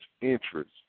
interest